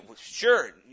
sure